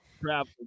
travel